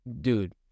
dude